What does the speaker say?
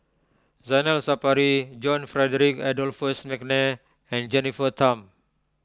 Zainal Sapari John Frederick Adolphus McNair and Jennifer Tham